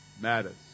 matters